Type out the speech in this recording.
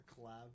collab